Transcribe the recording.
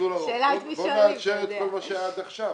בוא נאשר את כל מה שהיה עד עכשיו.